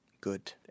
Good